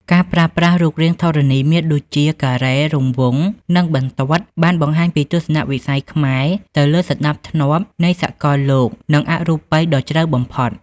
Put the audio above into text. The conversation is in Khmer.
ការប្រើប្រាស់រូបរាងធរណីមាត្រដូចជាការ៉េ រង្វង់ និងបន្ទាត់បានបង្ហាញពីទស្សនៈវិស័យខ្មែរទៅលើសណ្តាប់ធ្នាប់នៃសកលលោកនិងអរូបីដ៏ជ្រៅបំផុត។